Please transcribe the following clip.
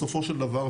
בסופו של דבר,